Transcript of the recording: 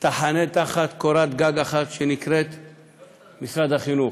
תחנה תחת קורת גג אחת, משרד החינוך.